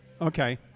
Okay